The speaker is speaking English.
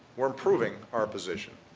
we're improving our position,